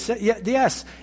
yes